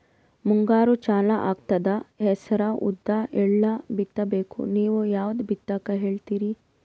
ಮುಂಗಾರು ಚಾಲು ಆಗ್ತದ ಹೆಸರ, ಉದ್ದ, ಎಳ್ಳ ಬಿತ್ತ ಬೇಕು ನೀವು ಯಾವದ ಬಿತ್ತಕ್ ಹೇಳತ್ತೀರಿ?